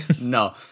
No